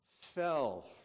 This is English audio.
fell